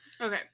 Okay